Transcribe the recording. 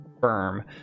firm